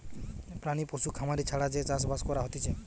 প্রাণী পশু খামারি ছাড়া যে চাষ বাস করা হতিছে